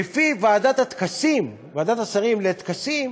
שלפיו ועדת הטקסים, ועדת השרים לטקסים,